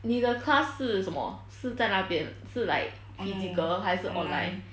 你的 class 是什么是在那边是 like physical 还是 online